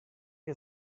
que